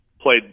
played